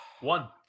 One